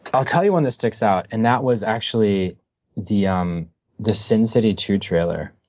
i'll tell you one that sticks out, and that was actually the um the sin city two trailer.